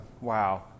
wow